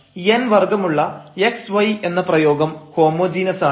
n വർഗ്ഗമുള്ള x y എന്ന പ്രയോഗം ഹോമോജീനസാണ്